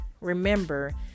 remember